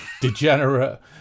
Degenerate